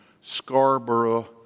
Scarborough